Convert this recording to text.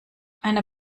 einer